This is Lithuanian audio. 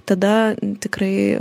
tada tikrai